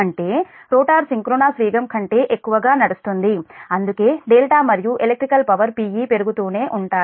అంటే rotor synchronous వేగం కంటే ఎక్కువగా నడుస్తుంది అందుకే δ మరియు ఎలక్ట్రికల్ పవర్ Pe పెరుగుతూనే ఉంటుంది